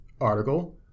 article